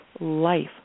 life